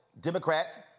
Democrats